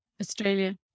Australia